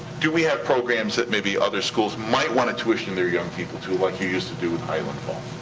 do we have programs that maybe other schools might wanna tuition their young people to like you used to do with highland falls?